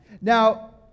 Now